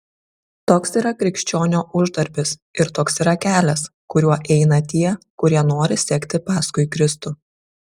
toks yra krikščionio uždarbis ir toks yra kelias kuriuo eina tie kurie nori sekti paskui kristų